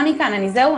זהו?